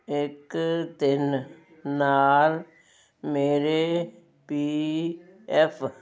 ਇੱਕ ਤਿੰਨ ਨਾਲ ਮੇਰੇ ਪੀ ਐੱਫ